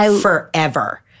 forever